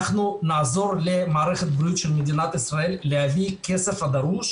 אנחנו נעזור למערכת הבריאות של מדינת ישראל להביא את הכסף הדרוש,